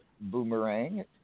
Boomerang